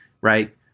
Right